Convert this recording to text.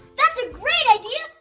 that's a great idea!